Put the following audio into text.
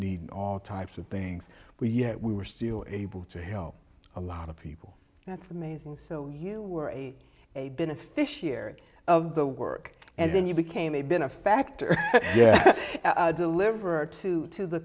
need all types of things but yet we were still able to help a lot of people that's amazing so you were a a beneficiary of the work and then you became a benefactor yes delivered to to the